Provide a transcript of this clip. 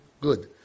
good